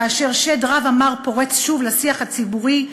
כאשר שד רע ומר פורץ שוב לשיח הציבורי,